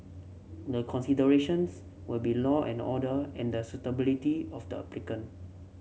the considerations will be law and order and the suitability of the applicant